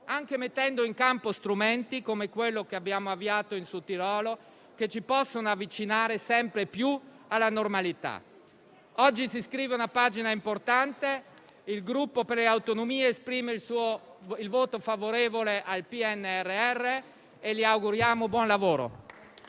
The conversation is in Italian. anche mettendo in campo strumenti, come quello che abbiamo avviato in Sudtirolo, che ci possano avvicinare sempre più alla normalità. Oggi si scrive una pagina importante. Il Gruppo Per le Autonomie (SVP-PATT, UV) esprime il voto favorevole sul PNRR e le augura buon lavoro.